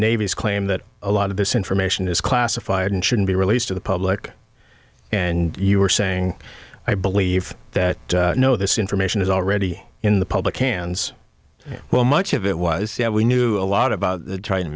navy's claim that a lot of this information is classified and shouldn't be released to the public and you are saying i believe that no this information is already in the public hands while much of it was we knew a lot about trying to